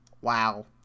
Wow